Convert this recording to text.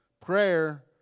Prayer